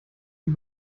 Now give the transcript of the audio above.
die